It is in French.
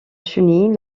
chenille